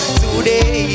today